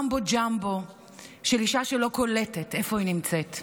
ממבו-ג'מבו של אישה שלא קולטת איפה שהיא נמצאת.